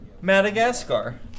Madagascar